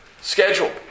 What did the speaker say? schedule